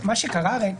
מה שקרה הרי,